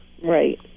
Right